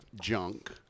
junk